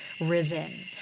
risen